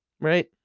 Right